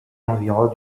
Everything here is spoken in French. environ